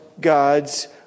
God's